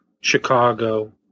Chicago